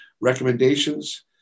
recommendations